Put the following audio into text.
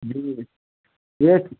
جی یس